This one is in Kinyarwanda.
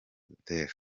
butera